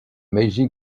meiji